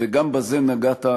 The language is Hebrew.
וגם בזה נגעת,